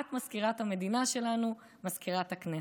את מזכירת המדינה שלנו, מזכירת הכנסת.